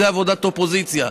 זו עבודה אופוזיציה.